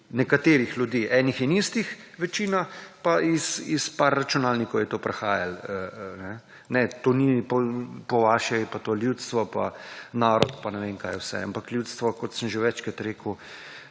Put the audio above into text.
nekaterih ljudi enih in istih večina pa iz par računalnikov je to prihajalo. Po vaše je pa to ljudstvo pa narod pa ne vem kaj vse. Ljudstvo kot sem že prej rekle